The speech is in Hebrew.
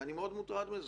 ואני מאוד מוטרד מזה,